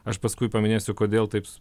aš paskui paminėsiu kodėl taip